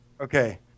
okay